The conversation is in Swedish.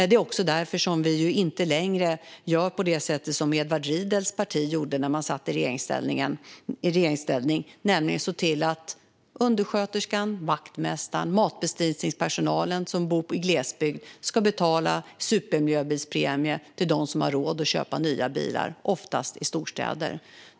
Det är också därför som vi inte längre gör som Edward Riedls parti gjorde då man satt i regeringsställning, nämligen att se till att undersköterskan, vaktmästaren eller matbespisningspersonalen var tvungna att betala supermiljöbilspremie för dem som har råd att köpa nya bilar, det vill säga oftast dem i storstäder.